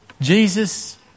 Jesus